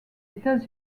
états